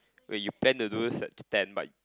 wait you plan to do such ten but you